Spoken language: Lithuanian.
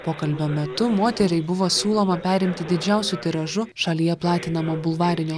pokalbio metu moteriai buvo siūloma perimti didžiausiu tiražu šalyje platinamo bulvarinio